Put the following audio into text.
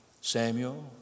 Samuel